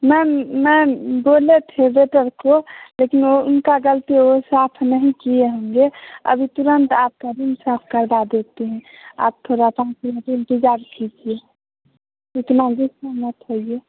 ma'am ma'am बोले थे waiter को लेकिन वह उनका गलती हो वह साफ़ नहीं किए होंगे अभी तुरंत आपका रूम साफ़ करवा देते हैं आप थोड़ा पाँच मिनट इंतज़ार कीजिए इतना गुस्सा मत होइए